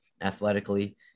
athletically